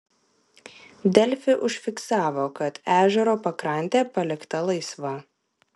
delfi užfiksavo kad ežero pakrantė palikta laisva